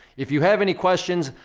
if you have any questions,